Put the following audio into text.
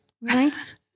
Right